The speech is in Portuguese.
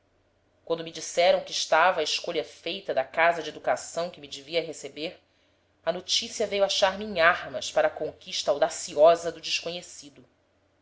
quando me disseram que estava a escolha feita da casa de educação que me devia receber a notícia veio achar-me em armas para a conquista audaciosa do desconhecido